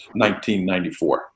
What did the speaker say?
1994